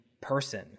person